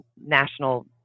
national